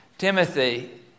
Timothy